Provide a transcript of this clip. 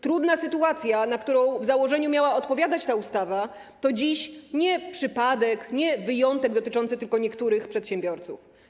Trudna sytuacja, na którą w założeniu miała odpowiadać ta ustawa, to dziś nie przypadek, nie wyjątek dotyczący tylko niektórych przedsiębiorców.